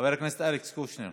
חבר הכנסת אלכס קושניר,